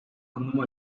anlamı